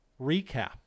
recap